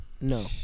No